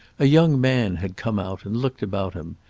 a young man had come out and looked about him,